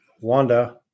Wanda